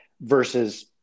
versus